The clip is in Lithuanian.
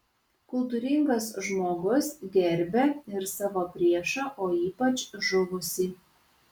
kultūringas žmogus gerbia ir savo priešą o ypač žuvusį